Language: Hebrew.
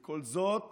וכל זאת